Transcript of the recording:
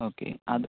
okay അത്